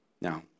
Now